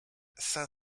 cinq